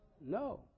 No